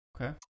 Okay